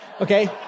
okay